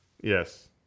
Yes